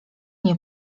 nie